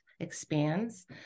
Expands